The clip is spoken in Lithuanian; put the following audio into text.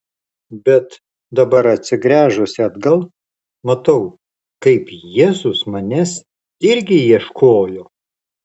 bet dabar atsigręžusi atgal matau kaip jėzus manęs irgi ieškojo